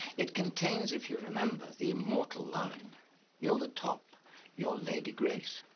it contains if you remember the immortal line you're the top you're lady grace.